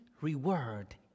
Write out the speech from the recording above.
reward